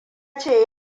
ce